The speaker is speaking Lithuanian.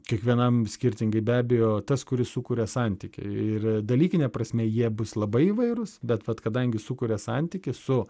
kiekvienam skirtingai be abejo tas kuris sukuria santykį ir dalykine prasme jie bus labai įvairūs bet vat kadangi sukuria santykį su